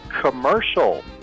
commercial